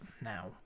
now